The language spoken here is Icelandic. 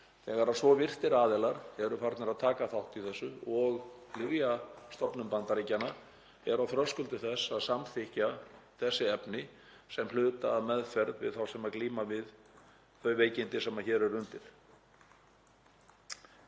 þegar svo virtir aðilar eru farnir að taka þátt í þessu og Lyfjastofnun Bandaríkjanna er á þröskuldi þess að samþykkja þessi efni sem hluta af meðferð hjá þeim sem glíma við þau veikindi sem hér eru.